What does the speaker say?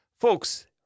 folks